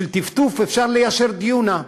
בשביל טפטוף אפשר ליישר דיונה.